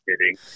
kidding